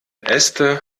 äste